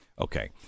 Okay